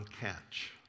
catch